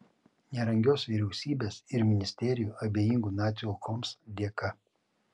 nerangios vyriausybės ir ministerijų abejingų nacių aukoms dėka